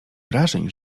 wrażeń